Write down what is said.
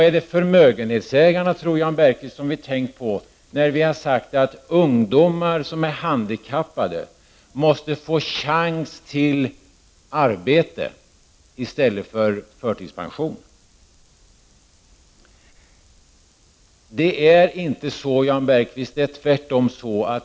Är det förmögenhetsägarna — vad tror Jan Bergqvist — vi tänkt på när vi har sagt att ungdomar som är handikappade måste få en chans till arbete i stället för förtidspension? Det är inte så, Jan Bergqvist — tvärtom.